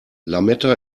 lametta